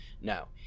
No